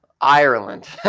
ireland